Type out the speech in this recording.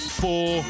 four